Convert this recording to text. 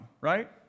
right